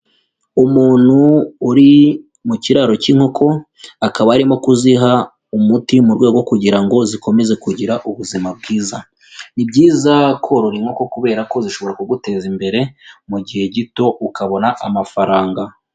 Umuntu uri mu kiraro cy'inkoko, akaba arimo kuziha umuti mu rwego rwo kugira ngo zikomeze kugira ubuzima bwiza, ni byiza korora inkoko kubera ko zishobora kuguteza imbere mu gihe gito, ukabona amafaranga.